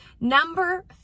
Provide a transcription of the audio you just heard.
number